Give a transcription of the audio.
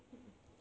mm mm